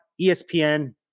ESPN